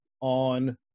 on